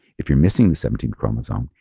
if you're missing the seventeenth chromosome,